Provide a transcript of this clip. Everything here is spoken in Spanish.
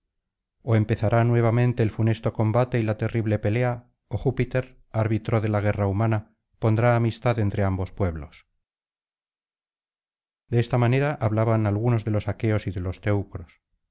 o empezará nuevamente el funesto combate y la terrible pelea ó júpiter arbitro de la guerra humana pondrá amistad entre ambos pueblos de esta manera hablaban algunos de los aqueos y de los teucros